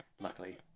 luckily